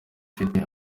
ifite